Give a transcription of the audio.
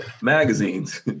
magazines